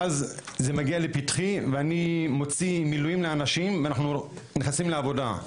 ואז זה מגיע לפתחי ואני מוציא מילואים לאנשים ואנחנו נכנסים לעבודה.